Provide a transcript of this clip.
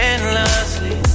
Endlessly